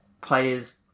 players